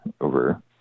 over